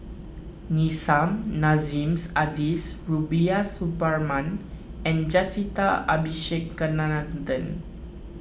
Nissim Nassim Adis Rubiah Suparman and Jacintha Abisheganaden